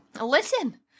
Listen